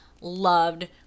loved